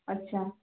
ଆଚ୍ଛା ଏଠି